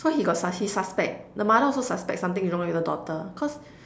so he got Sus~ he suspect the mother also suspect something is wrong with the daughter cause